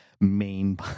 main